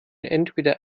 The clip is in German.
entweder